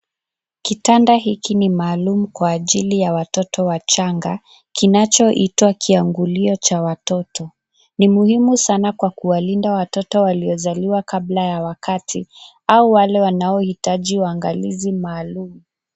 Kitanda hiki ni maalum Kwa ajili ya watoto wachanga, kinachoitwa kiangulio cha watoto. Ni muhimi Sana Kwa kuwalinda watoto waliozaliwa kabla ya wakati, au wale wanaohitaji uangalizi maalum.